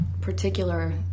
particular